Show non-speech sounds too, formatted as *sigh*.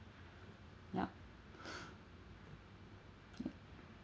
yup *breath* yeah